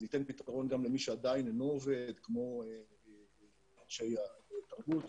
זה ייתן פתרון גם למי שעדין לא עובד כמו אנשי התרבות,